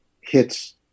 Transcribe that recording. hits